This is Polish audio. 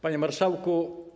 Panie Marszałku!